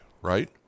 right